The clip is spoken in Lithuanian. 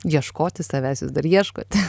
ieškoti savęs vis dar ieškote